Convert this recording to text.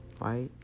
right